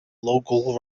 local